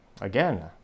again